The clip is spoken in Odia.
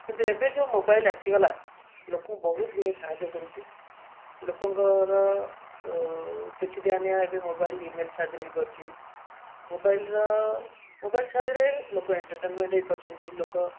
କିନ୍ତୁ ଏବେ ଯେଉଁ ମୋବାଇଲ୍ ଆସିଗଲା ଲୋକଙ୍କୁ ବହୁତ ଗୁଡ଼ିଏ ସାହଯ୍ୟ କରୁଛି ଲୋକଙ୍କର ଚିଠି ଦିଆନିଆ ଏବେ ମୋବାଇଲ୍ ଇମେଲ୍ ସାହାଯ୍ୟରେ ହୋଇପାରୁଛି ମୋବାଇଲ୍ର ମୋବାଇଲ୍ ସାହାଯ୍ୟରେ ଲୋକ ଏଣ୍ଟରଟେନମେଣ୍ଟ୍ ହୋଇପାରୁଛନ୍ତି ଲୋକ